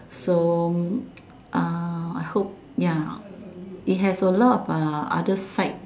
so uh I hope ya it has a lot uh other sides